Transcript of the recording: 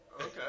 Okay